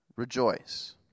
Rejoice